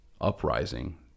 uprising